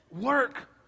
Work